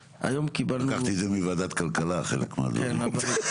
לקחתי את זה מוועדת כלכלה, חלק מהדברים.